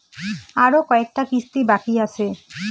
আরো কয়টা কিস্তি বাকি আছে?